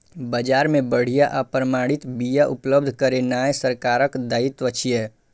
बाजार मे बढ़िया आ प्रमाणित बिया उपलब्ध करेनाय सरकारक दायित्व छियै